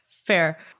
Fair